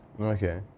Okay